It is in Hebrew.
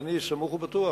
אבל אני סמוך ובטוח